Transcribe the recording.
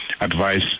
advice